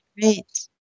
Great